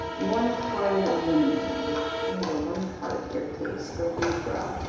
one card minimum and you know one card here please for me bro